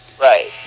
Right